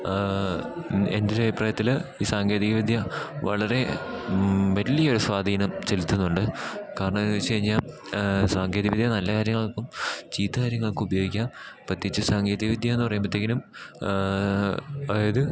എൻ്റെ ഒരു അഭിപ്രായത്തിൽ ഈ സാങ്കേതികവിദ്യ വളരെ വലിയ ഒരു സ്വാധീനം ചെലുത്തുന്നുണ്ട് കാരണം എന്ന് വച്ചു കഴിഞ്ഞാൽ സാങ്കേതികവിദ്യ നല്ല കാര്യങ്ങൾക്കും ചീത്ത കാര്യങ്ങൾക്കും ഉപയോഗിക്കാം പ്രത്യേകിച്ചു സാങ്കേതിക വിദ്യ എന്നു പറയുമ്പത്തേക്കും അതായത്